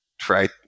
try